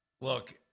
Look